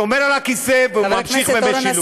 הוא שומר על הכיסא והוא ממשיך במשילות.